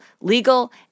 legal